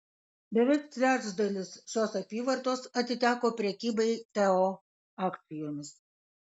beveik trečdalis šios apyvartos atiteko prekybai teo akcijomis